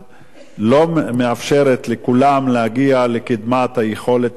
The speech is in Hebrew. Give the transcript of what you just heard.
לא מאפשרת לכולם להגיע לקדמת היכולת הרפואית,